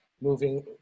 moving